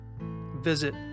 Visit